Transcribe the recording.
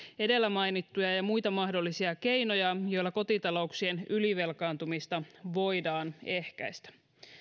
edellä mainittuja ja muita mahdollisia keinoja joilla kotitalouksien ylivelkaantumista voidaan ehkäistä